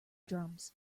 drums